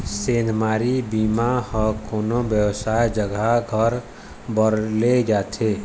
सेधमारी बीमा ह कोनो बेवसाय जघा घर बर ले जाथे